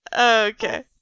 Okay